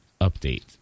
update